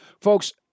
Folks